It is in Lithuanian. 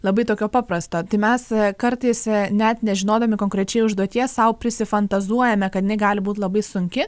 labai tokio paprasto tai mes kartais net nežinodami konkrečiai užduoties sau prisifantazuojame kad jinai gali būt labai sunki